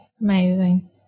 Amazing